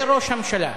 וראש הממשלה,